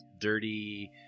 dirty